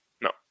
No